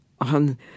on